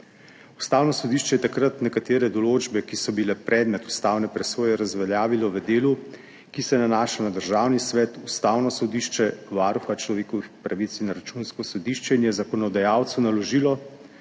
Ustavno sodišče je takrat nekatere določbe, ki so bile predmet ustavne presoje, razveljavilo v delu, ki se nanaša na Državni svet, Ustavno sodišče, Varuha človekovih pravic in Računsko sodišče, in je zakonodajalcu naložilo,